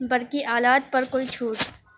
برقی آلات پر کوئی چھوٹ